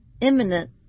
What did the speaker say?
imminent